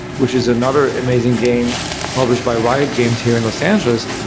which is another amazing game published by riot games here in los angeles,